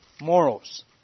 Morals